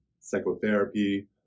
psychotherapy